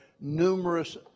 numerous